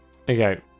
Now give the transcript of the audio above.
Okay